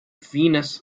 venous